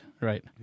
Right